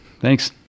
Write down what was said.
Thanks